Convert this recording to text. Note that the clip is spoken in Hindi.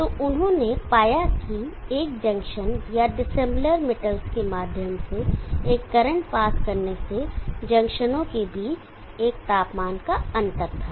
तो उन्होंने पाया कि एक जंक्शन या डिसिमिलर मेटल्स के माध्यम से एक करंट पास करने से जंक्शनों के बीच एक तापमान का अंतर था